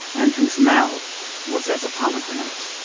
and whose mouth was as a pomegranate.